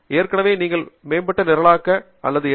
ஏற்கனவே நீங்கள் மேம்பட்ட நிரலாக்க அல்லது எஸ்